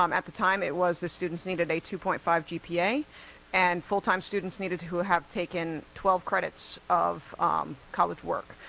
um at the time, it was the students needed a two point five gpa and full time students needed to have taken twelve credits of college work.